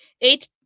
eight